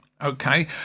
okay